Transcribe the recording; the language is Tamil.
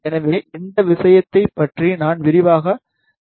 எனவே இந்த விஷயங்களைப் பற்றி நான் விரிவாகப் பேச மாட்டேன்